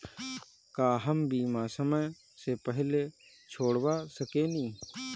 का हम बीमा समय से पहले छोड़वा सकेनी?